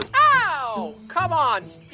ow, come on.